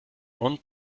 und